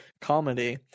Comedy